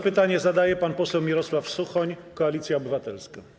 Pytanie zadaje pan poseł Mirosław Suchoń, Koalicja Obywatelska.